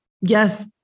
yes